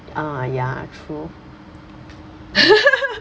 ah ya true